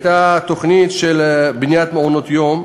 כי הייתה תוכנית של בניית מעונות-יום,